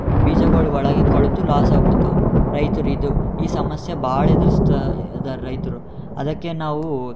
ಬೀಜಗಳು ಒಳಗೇ ಕೊಳೆತು ಲಾಸ್ ಆಗ್ಬಿಡ್ತವೆ ರೈತರು ಇದು ಈ ಸಮಸ್ಯೆ ಭಾಳ ಎದುರಿಸ್ತಾ ಇದ್ದಾರೆ ರೈತರು ಅದಕ್ಕೆ ನಾವು